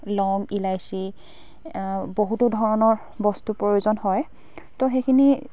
লং ইলাইচি বহুতো ধৰণৰ বস্তু প্ৰয়োজন হয় তো সেইখিনি